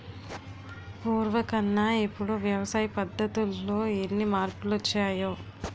పూర్వకన్నా ఇప్పుడు వ్యవసాయ పద్ధతుల్లో ఎన్ని మార్పులొచ్చాయో